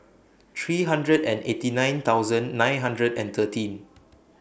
three hundred and eighty nine thousand nine hundred and thirteen